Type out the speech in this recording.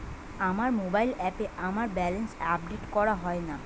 আমার মোবাইল অ্যাপে আমার ব্যালেন্স আপডেট করা হয় না